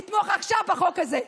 לתמוך עכשיו בחוק הזה,